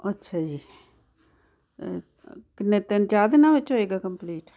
ਅੱਛਾ ਜੀ ਕਿੰਨੇ ਤਿੰਨ ਚਾਰ ਦਿਨਾਂ ਵਿੱਚ ਹੋਏਗਾ ਕੰਪਲੀਟ